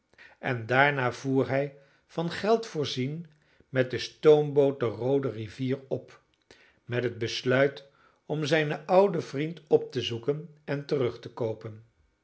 en daarna voer hij van geld voorzien met de stoomboot de roode rivier op met het besluit om zijn ouden vriend op te zoeken en terug te koopen